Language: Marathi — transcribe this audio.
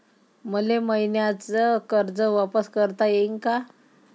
मले मईन्याचं कर्ज वापिस करता येईन का?